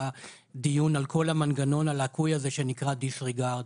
דיון על כל המנגנון הלקוי הזה שנקרא דיסריגרד,